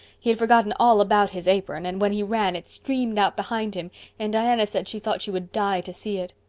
he had forgotten all about his apron and when he ran it streamed out behind him and diana said she thought she would die to see it.